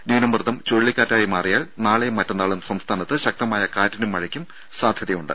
ന്യൂനർദ്ദം ചുഴലിക്കാറ്റായി മാറിയാൽ നാളെയും മറ്റന്നാളും സംസ്ഥാനത്ത് ശക്തമായ കാറ്റിനും മഴയ്ക്കും സാധ്യതയുണ്ട്